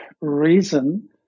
reason